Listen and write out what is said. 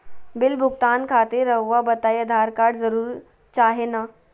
Bill भुगतान खातिर रहुआ बताइं आधार कार्ड जरूर चाहे ना?